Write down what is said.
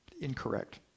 incorrect